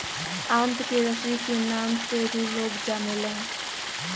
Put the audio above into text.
आंत क रसरी क नाम से भी लोग जानलन